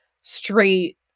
straight